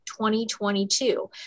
2022